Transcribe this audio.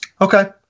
Okay